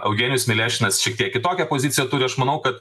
eugenijus milešinas šiek tiek kitokią poziciją turi aš manau kad